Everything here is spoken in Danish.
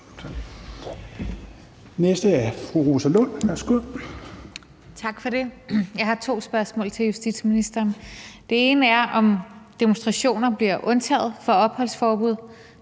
Kl. 15:24 Rosa Lund (EL): Tak for det. Jeg har to spørgsmål til justitsministeren. Det ene er, om demonstrationer bliver undtaget for opholdsforbud.